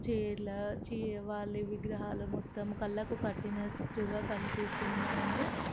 చీర్ల చీర వాళ్ళ విగ్రహాలు మొత్తం కళ్ళకు కట్టినట్టుగా కనిపిస్తుందని